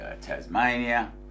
tasmania